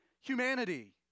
humanity